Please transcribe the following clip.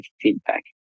feedback